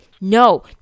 no